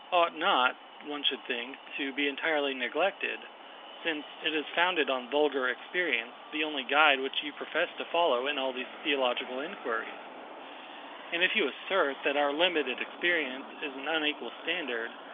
ought not, one should think, to be entirely neglected since it is founded on vulgar experience, the only guide which you profess to follow in all these theological inquiries. and if you assert, that our limited experience is an unequal standard,